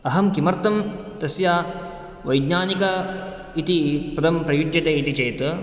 अहं किमर्थं तस्य वैज्ञानिक इति पदं प्रयुज्यते इति चेत्